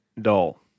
dull